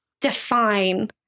define